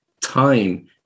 time